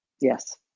yes